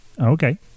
Okay